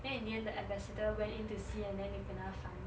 then in the end the ambassador went in to see and then they kena fined